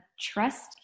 trust